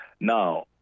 Now